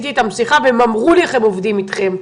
איתם שיחה והם אמרו לי איך הם עובדים אתכם.